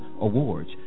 Awards